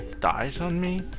dies on me,